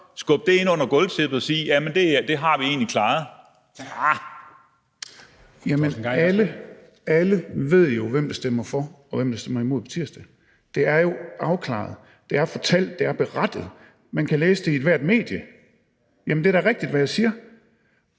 Hr. Torsten Gejl. Kl. 14:22 Torsten Gejl (ALT): Jamen alle ved jo, hvem der stemmer for og hvem der stemmer imod på tirsdag. Det er jo afklaret. Det er fortalt, der er berettet. Man kan læse det i ethvert medie. Jamen det er da rigtigt, hvad jeg siger!